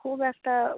খুব একটা